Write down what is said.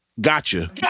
gotcha